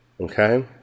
Okay